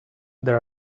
there